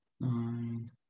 Nine